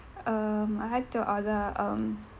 um I'd like to order um